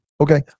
okay